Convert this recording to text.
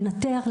לנטר,